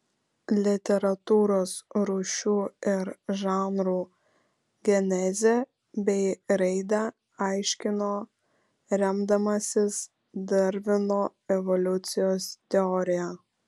literatūros rūšių ir žanrų genezę bei raidą aiškino remdamasis darvino evoliucijos teorija